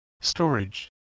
storage